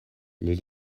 les